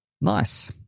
Nice